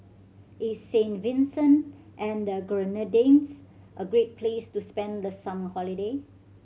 is Saint Vincent and Grenadines a great place to spend the summer holiday